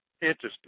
Interesting